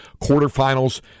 quarterfinals